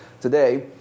today